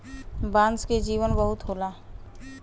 बांस के जीवन बहुत होला